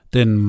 Den